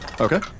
Okay